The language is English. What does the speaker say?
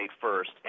first